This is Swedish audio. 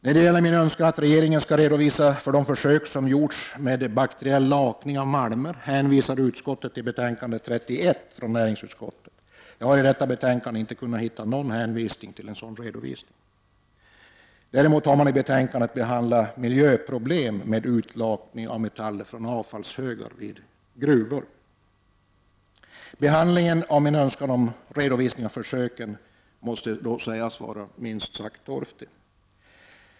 När det gäller min önskan att regeringen skall redovisa de försök som gjorts med bakteriell lakning av malmer hänvisar utskottet till betänkande nr 31 från näringsutskottet. Jag har i detta betänkande inte kunnat hitta någon hänvisning till en sådan redovisning. Däremot har man i betänkandet behandlat miljöproblem i samband med utlakning av metaller från avfallshögar vid gruvor. Behandlingen av min önskan om redovisning av försöken med bakteriell lakning måste alltså sägas vara minst sagt torftig.